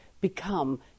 become